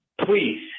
Please